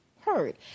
heard